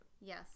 Yes